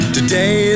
Today